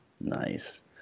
Nice